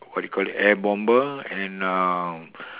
what do you call it air bomber and uh